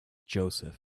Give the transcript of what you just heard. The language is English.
joseph